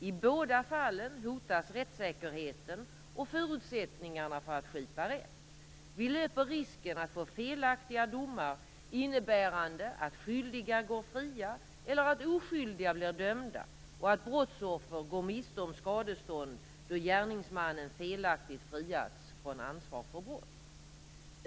I båda fallen hotas rättssäkerheten och förutsättningarna för att skipa rätt. Vi löper risken att få felaktiga domar innebärande att skyldiga går fria eller att oskyldiga blir dömda och att brottsoffer går miste om skadestånd då gärningsmannen felaktigt friats från ansvar för brott.